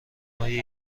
های